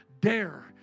dare